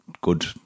good